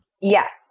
Yes